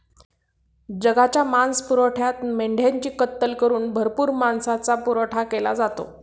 जगाच्या मांसपुरवठ्यात मेंढ्यांची कत्तल करून भरपूर मांसाचा पुरवठा केला जातो